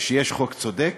כשיש חוק צודק,